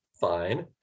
fine